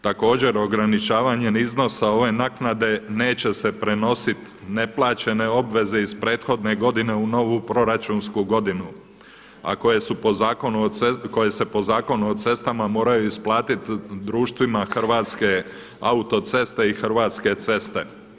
Također ograničavanje iznosa ove naknade neće se prenositi neplaćene obveze iz prethodne godine u novu proračunsku godinu a koje su po zakonu, a koje se po Zakonu o cestama moraju isplatit društvima Hrvatske autoceste i Hrvatske ceste.